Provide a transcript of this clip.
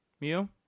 Mew